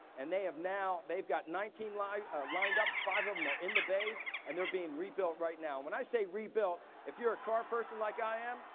and they have now, they've got nineteen like ah lined up. five of em are in the bays, and they're being rebuilt right now. when i say rebuilt, if you're a car person like i am,